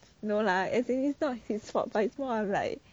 no lah as in is not his fault but it's more of like